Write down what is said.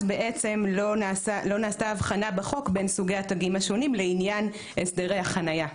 לא נעשתה הבחנה בחוק בין סוגי התגים השונים לעניין הסדרי החניה.